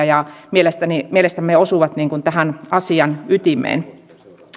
ja mielestämme osuvat tähän asian ytimeen